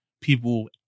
people